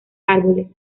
árboles